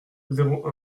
zéro